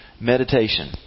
Meditation